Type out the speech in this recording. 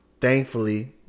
thankfully